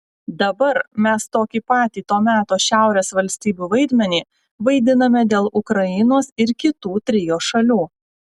dabar mes tokį patį to meto šiaurės valstybių vaidmenį vaidiname dėl ukrainos ir kitų trio šalių